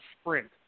sprint